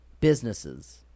businesses